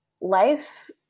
life